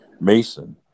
Mason